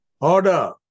order